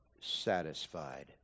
satisfied